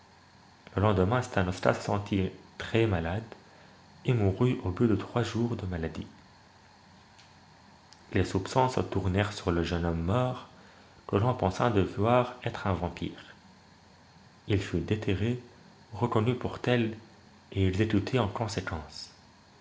le lendemain stanoska se sentit très malade et mourut au bout de trois jours de maladie les soupçons se tournèrent sur le jeune homme mort que l'on pensa devoir être un vampire il fut déterré reconnu pour tel et exécuté en conséquence